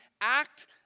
act